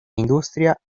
industria